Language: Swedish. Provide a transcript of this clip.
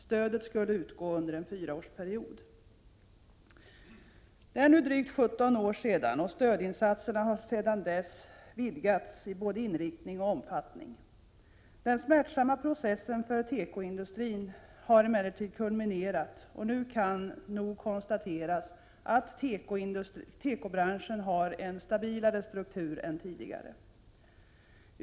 Stödet skulle utgå under en fyraårsperiod. Det är nu drygt 17 år sedan, och stödinsatserna har sedan dess vidgats i både inriktning och omfattning. Den smärtsamma processen för tekoindustrin har emellertid kulminerat, och nu kan nog konstateras att tekobranschen har en stabilare struktur än tidigare.